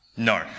No